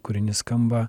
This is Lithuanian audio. kūrinys skamba